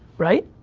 right?